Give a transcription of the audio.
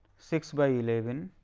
six by eleven,